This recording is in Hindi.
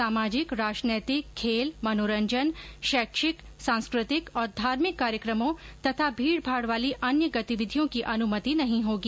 सामाजिक राजनैतिक खेल मनोरंजन शैक्षिक सांस्कृतिक और धार्मिक कार्यक्रमों तथा भीड़भाड़ वाली अन्य गतिविधियों की अनुमति नहीं होगी